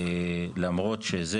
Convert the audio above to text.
למרות שזה,